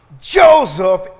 Joseph